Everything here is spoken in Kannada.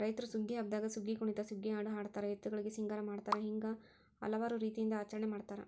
ರೈತ್ರು ಸುಗ್ಗಿ ಹಬ್ಬದಾಗ ಸುಗ್ಗಿಕುಣಿತ ಸುಗ್ಗಿಹಾಡು ಹಾಡತಾರ ಎತ್ತುಗಳಿಗೆ ಸಿಂಗಾರ ಮಾಡತಾರ ಹಿಂಗ ಹಲವಾರು ರೇತಿಯಿಂದ ಆಚರಣೆ ಮಾಡತಾರ